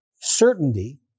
Certainty